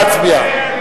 נא להצביע.